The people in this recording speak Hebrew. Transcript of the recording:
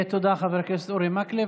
תודה, חבר הכנסת אורי מקלב.